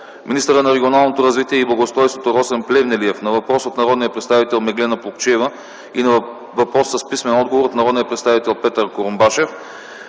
министърът на регионалното развитие и благоустройството Росен Плевнелиев – на въпрос от народния представител Меглена Плугчиева и на въпрос с писмен отговор от народния представител Петър Курумбашев;